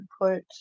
put